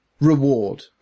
reward